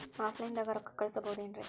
Offline ದಾಗ ರೊಕ್ಕ ಕಳಸಬಹುದೇನ್ರಿ?